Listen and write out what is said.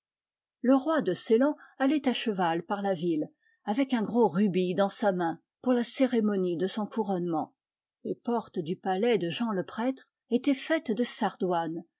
le roi de ceylan allait à cheval par la ville avec un gros rubis dans sa main pour la cérémonie de son couronnement les portes du palais de jean le prêtre étaient faites de sardoines